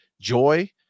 joy